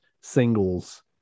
singles